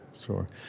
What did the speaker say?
Sure